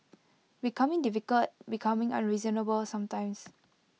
becoming difficult becoming unreasonable sometimes